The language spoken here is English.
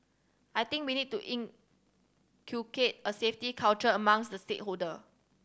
I think we need to inculcate a safety culture amongst the stakeholder